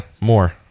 more